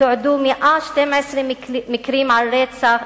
תועדו 112 מקרים של רצח